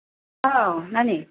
औ नानि